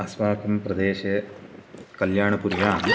अस्माकं प्रदेशे कल्याणपुर्यां